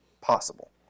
possible